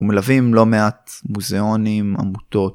ומלווים לא מעט מוזיאונים, עמותות.